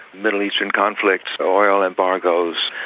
middle eastern conflicts, oil embargoes.